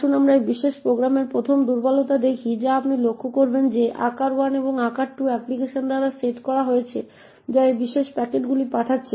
আসুন আমরা এই বিশেষ প্রোগ্রামের প্রথম দুর্বলতা দেখি যা আপনি লক্ষ্য করবেন যে আকার1 এবং আকার2 অ্যাপ্লিকেশন দ্বারা সেট করা হয়েছে যা এই বিশেষ প্যাকেটগুলি পাঠাচ্ছে